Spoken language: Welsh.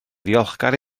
ddiolchgar